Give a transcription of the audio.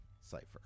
cipher